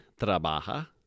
trabaja